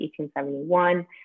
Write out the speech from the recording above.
1871